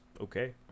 okay